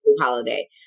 holiday